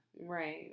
Right